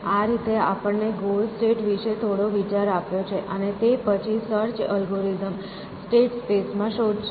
આ રીતે આપણને ગોલ સ્ટેટ વિશે થોડો વિચાર આપ્યો છે અને તે પછી સર્ચ અલ્ગોરિધમ સ્ટેટ સ્પેસ માં શોધશે